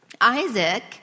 Isaac